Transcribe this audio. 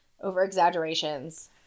over-exaggerations